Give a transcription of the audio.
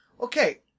okay